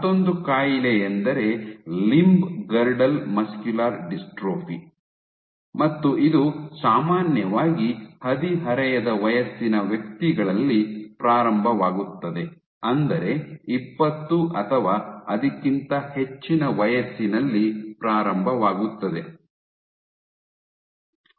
ಮತ್ತೊಂದು ಕಾಯಿಲೆಯೆಂದರೆ limb girdle muscular dystrophy ಮತ್ತು ಇದು ಸಾಮಾನ್ಯವಾಗಿ ಹದಿಹರೆಯದ ವಯಸ್ಸಿನ ವ್ಯಕ್ತಿಗಳಲ್ಲಿ ಪ್ರಾರಂಭವಾಗುತ್ತದೆ ಅಂದರೆ ಇಪ್ಪತ್ತು ಅಥವಾ ಅದಕ್ಕಿಂತ ಹೆಚ್ಚಿನ ವಯಸ್ಸಿನಲ್ಲಿ ಪ್ರಾರಂಭವಾಗುತ್ತದೆ